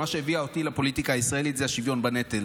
ומה שהביא אותי לפוליטיקה הישראלית זה השוויון בנטל.